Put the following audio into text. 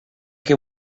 que